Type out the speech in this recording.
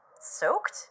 soaked